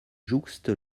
jouxte